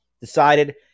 decided